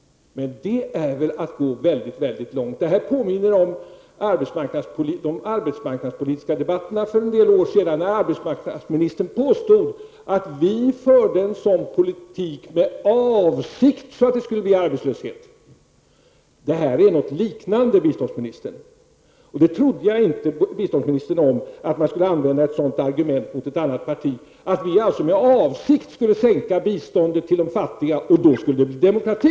Det är väl att gå väldigt, väldigt långt! Det påminner om de arbetsmarknadspolitiska debatterna för en del år sedan, där arbetsmarknadsministern påstod att avsikten med vår politik var att det skulle bli arbetslöshet. Det här är något liknande, biståndsministern. Jag trodde inte att biståndsministern skulle använda ett sådant argument mot ett annat parti, att hon skulle hävda att vi med avsikt skulle sänka biståndet till de fattiga för att det skall bli demokrati.